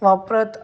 वापरत